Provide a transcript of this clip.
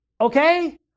Okay